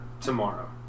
tomorrow